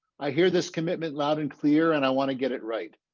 i hear this commitment loud and clear and i want to get it right.